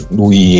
lui